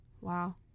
wow